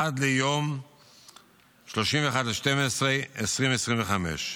עד ליום 31 בדצמבר 2025,